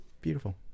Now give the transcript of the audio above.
beautiful